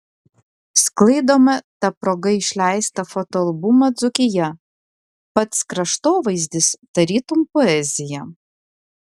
sklaidome ta proga išleistą fotoalbumą dzūkija pats kraštovaizdis tarytum poezija